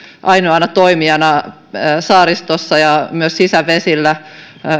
ainoana toimijana saaristossa ja myös sisävesillä